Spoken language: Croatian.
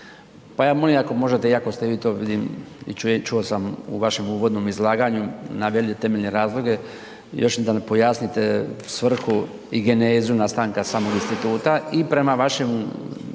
pa ja molim ako možete iako ste vi to vidim i čuo sam u vašem uvodnom izlaganju naveli temeljne razloge još da pojasnite svrhu i genezu nastanka samog instituta i prema vašem